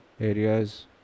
areas